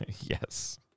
Yes